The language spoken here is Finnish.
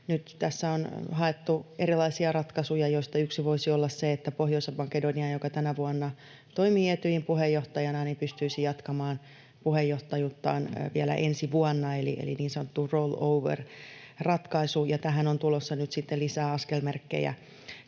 tässä on haettu erilaisia ratkaisuja, joista yksi voisi olla se, että Pohjois-Makedonia, joka tänä vuonna toimii Etyjin puheenjohtajana, pystyisi jatkamaan puheenjohtajuuttaan vielä ensi vuonna, eli niin sanottu rollover-ratkaisu, ja tähän on tulossa nyt sitten lisää askelmerkkejä